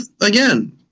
Again